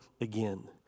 again